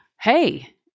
hey